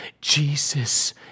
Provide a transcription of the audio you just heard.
Jesus